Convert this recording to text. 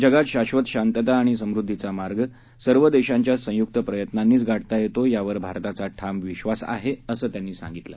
जगात शाब्वत शांतता आणि समृद्वीचा मार्ग सर्व देशांच्या संयुक्त प्रयत्नांनीच गाठता येतो यावर भारताचा ठाम विश्वास आहे असं ते म्हणाले